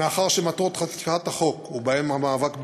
מאחר שמטרות חקיקת החוק, ובהן המאבק באלימות,